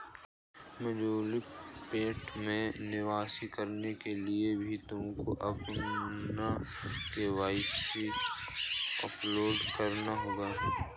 mutual fund में निवेश करने के लिए भी तुमको अपना के.वाई.सी अपडेट कराना होगा